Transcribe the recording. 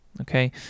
okay